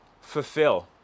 fulfill